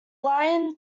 lion